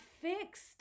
fixed